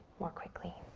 more quickly.